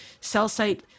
cell-site